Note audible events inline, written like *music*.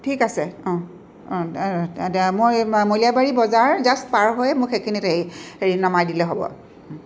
ঠিক আছে অঁ অঁ *unintelligible* মই মলীয়াবাৰী বজাৰ জাষ্ট পাৰ হৈয়ে মোক সেইখিনিতে হেৰি নমাই দিলে হ'ব